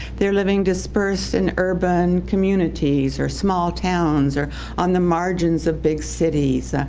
they're living dispersed in urban communities, or small towns, or on the margins of big cities.